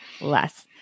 less